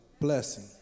blessing